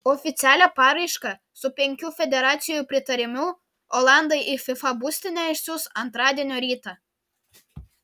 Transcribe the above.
oficialią paraišką su penkių federacijų pritarimu olandai į fifa būstinę išsiųs antradienio rytą